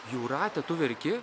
jūrate tu verki